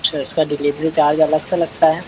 अच्छा इसका delivery charge अलग से लगता है